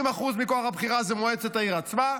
50% מכוח הבחירה זה מועצת העיר עצמה,